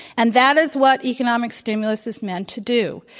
and that is what economic stimulus is meant to do.